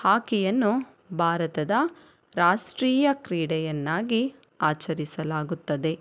ಹಾಕಿಯನ್ನು ಭಾರತದ ರಾಷ್ಟ್ರೀಯ ಕ್ರೀಡೆಯನ್ನಾಗಿ ಆಚರಿಸಲಾಗುತ್ತದೆ